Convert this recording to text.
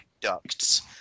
ducts